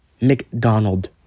McDonald